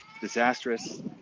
disastrous